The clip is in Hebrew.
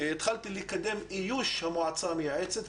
התחלתי לקדם את איוש המועצה המייעצת,